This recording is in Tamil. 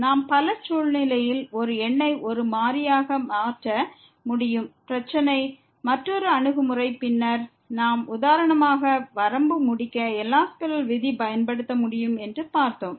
நாம் பல சூழ்நிலையில் ஒரு எண்ணை ஒரு மாறியாக மாற்ற முடியும் பிரச்சனை மற்றொரு அணுகுமுறை பின்னர் நாம் உதாரணமாக வரம்பை முடிக்க எல் ஹாஸ்பிடல் விதியை பயன்படுத்த முடியும் என்று பார்த்தோம்